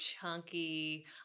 chunky